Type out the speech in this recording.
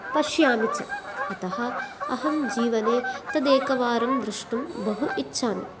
पश्यामि च अतः अहं जीवने तदेकवारं द्रष्टुं बहु इच्छामि